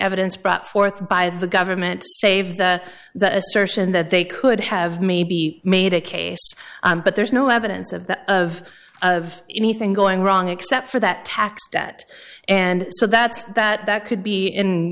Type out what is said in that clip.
evidence brought forth by the government save that that assertion that they could have maybe made a case but there's no evidence of that of of anything going wrong except for that tax debt and so that that could be in